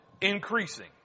increasing